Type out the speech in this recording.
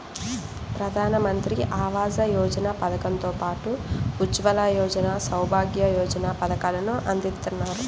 ప్రధానమంత్రి ఆవాస యోజన పథకం తో పాటు ఉజ్వల యోజన, సౌభాగ్య యోజన పథకాలను అందిత్తన్నారు